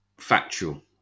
Factual